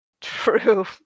True